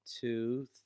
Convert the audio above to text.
two